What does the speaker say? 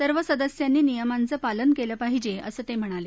सर्व सदस्यांनी नियमांचं पालन केलं पाहिजे असं ते म्हणाले